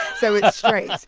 so it's straight.